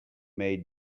may